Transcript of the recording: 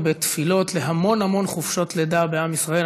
ובתפילות להמון המון חופשות לידה בעם ישראל.